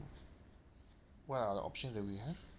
what are the options that we have